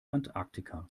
antarktika